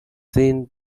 seen